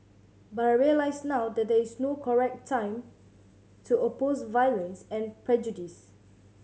but I realise now that there is no correct time to oppose violence and prejudice